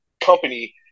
company